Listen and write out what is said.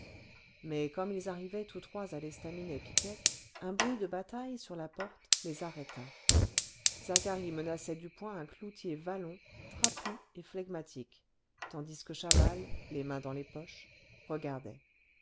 mais comme ils arrivaient tous trois à l'estaminet piquette un bruit de bataille sur la porte les arrêta zacharie menaçait du poing un cloutier wallon trapu et flegmatique tandis que chaval les mains dans les poches regardait